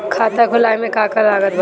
खाता खुलावे मे का का लागत बा?